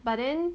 but then